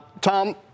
Tom